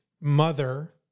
mother